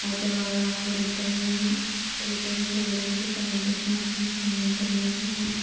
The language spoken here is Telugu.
అయితే వాళ్ళు నాకు రిటన్ రిటర్న్ చేయడానికి సెవెన్ డేస్ మాత్రమే టైం ఉంటుంది అని చెప్పారు